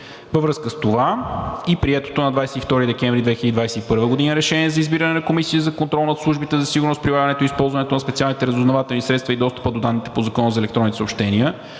Във връзка с това и приетото на 22 декември 2021 г. Решение за избиране на Комисия за контрол над службите за сигурност, прилагането и използването на специалните разузнавателни средства и достъпа до данните по Закона за електронните съобщения